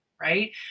Right